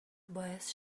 باعث